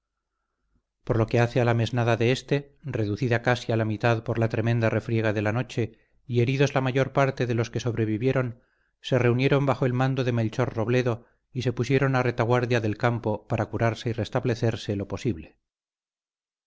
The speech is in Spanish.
por lo que hace a la mesnada de éste reducida casi a la mitad por la tremenda refriega de la noche y heridos la mayor parte de los que sobrevivieron se reunieron bajo el mando de melchor robledo y se pusieron a retaguardia del campo para curarse y restablecerse lo posible